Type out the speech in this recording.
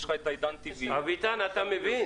יש לך את עידן TV. אביטן, אתה מבין?